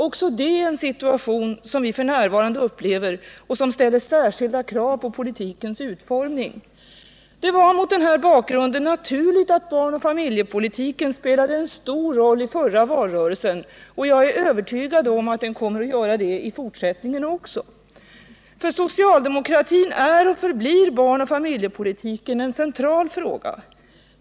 Också det är en situation som vi f. n. upplever och som ställer särskilda krav på politikens utformning. Det var mot den här bakgrunden naturligt att barnoch familjepolitiken spelade en stor roll i förra valrörelsen, och jag är övertygad om att den kommer att göra det i fortsättningen också. För socialdemokratin är och förblir barnoch familjepolitiken en central fråga.